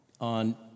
On